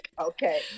Okay